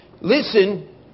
listen